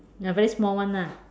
a very small one ah